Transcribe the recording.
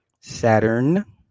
Saturn